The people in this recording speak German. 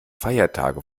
feiertage